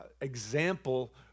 example